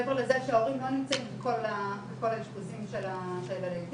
מעבר לזה שההורים לא נמצאים בכל האשפוזים של הילדים,